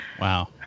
Wow